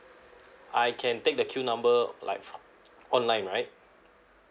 I can take the queue number like online right